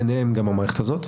ביניהם גם המערכת הזו,